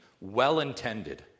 well-intended